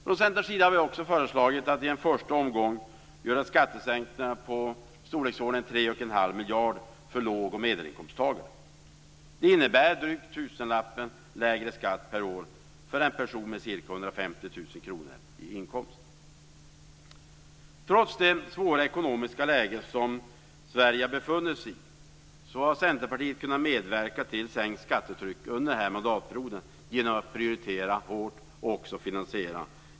Från Centerns sida har vi också föreslagit att vi i en första omgång skall göra skattesänkningar på i storleksordningen 3,5 miljarder för låg och medelinkomsttagare. Det innebär drygt tusenlappen i lägre skatt per år för en person med cirka Trots det svåra ekonomiska läge som Sverige har befunnit sig i har Centerpartiet kunnat medverka till sänkt skattetryck under denna mandatperiod genom att prioritera hårt.